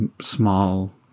small